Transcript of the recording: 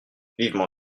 vivement